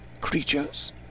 creatures